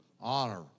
honor